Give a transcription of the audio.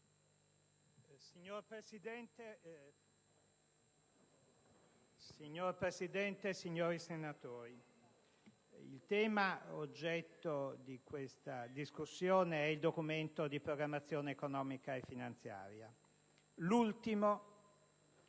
Signor Presidente, onorevoli senatori, il tema oggetto di questa discussione è il Documento di programmazione economico-finanziaria, l'ultimo Documento di programmazione economico-finanziaria